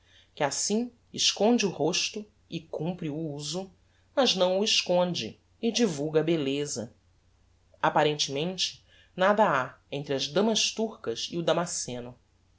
que assim esconde o rosto e cumpre o uso mas não o esconde e divulga a belleza apparentemente nada ha entre as damas turcas e o damasceno